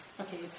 Okay